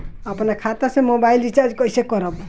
अपने खाता से मोबाइल रिचार्ज कैसे करब?